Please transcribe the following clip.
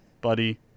buddy